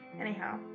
anyhow